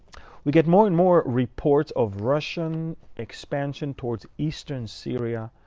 we get more and more reports of russian expansion towards eastern syria.